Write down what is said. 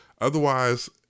Otherwise